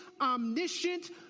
omniscient